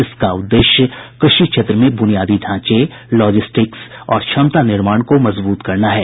इसका उद्देश्य कृषि क्षेत्र में बुनियादी ढांचे लॉजिस्टिक्स और क्षमता निर्माण को मजबूत करना है